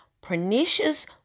Pernicious